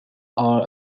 are